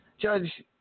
Judge